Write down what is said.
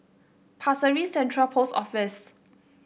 Pasir Ris Central Post Office